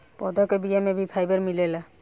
पौधा के बिया में भी फाइबर मिलेला